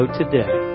today